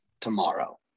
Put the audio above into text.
tomorrow